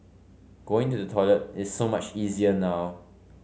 going to the toilet is so much easier now